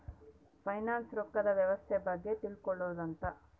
finance ರೊಕ್ಕದ್ ವ್ಯವಸ್ತೆ ಬಗ್ಗೆ ತಿಳ್ಕೊಳೋದು ಅಂತ